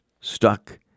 stuck